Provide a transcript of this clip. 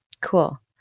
Cool